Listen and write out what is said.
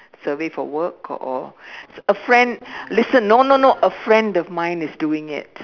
survey for work or or a friend listen no no no a friend of mine is doing it